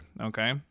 okay